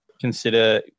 consider